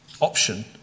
option